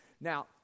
Now